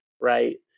right